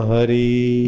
Hari